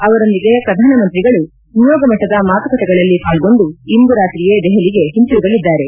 ಅವರೊಂದಿಗೆ ಪ್ರಧಾನ ಮಂತ್ರಿಗಳು ನಿಯೋಗ ಮಟ್ಲದ ಮಾತುಕತೆಗಳಲ್ಲಿ ಪಾಲ್ಗೊಂಡು ಇಂದು ರಾತ್ರಿಯೇ ದೆಹಲಿಗೆ ಹಿಂತಿರುಗಲಿದ್ದಾರೆ